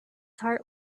heart